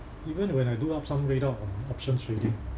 even when I do up some read up on options trading